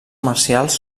marcials